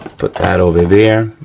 put that over there.